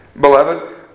beloved